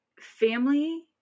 family